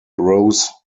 rose